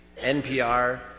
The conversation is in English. NPR